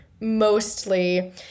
mostly